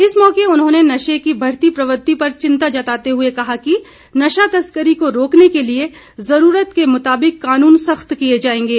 इस मौके उन्होंने नशे की बढ़ती प्रवृति पर चिंता जताते हुए कहा है कि नशा तस्करी को रोकने के लिए ज़रूरत के मुताबिक कानून सख्त किए जाएंगे